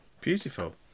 Beautiful